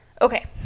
Okay